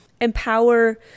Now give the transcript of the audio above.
empower